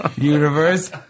universe